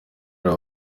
hari